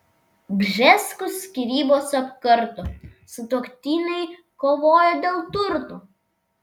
bžeskų skyrybos apkarto sutuoktiniai kovoja dėl turto